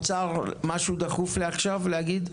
אוצר, יש לך משהו דחוף להגיד עכשיו?